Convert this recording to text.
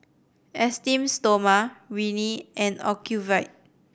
Esteem Stoma Rene and Ocuvite